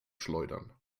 schleudern